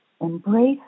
Embrace